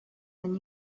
when